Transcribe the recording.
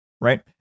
right